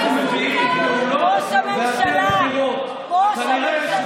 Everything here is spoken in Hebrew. אנחנו מביאים פעולות, ואתם, בחירות.